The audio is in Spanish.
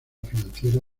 financiera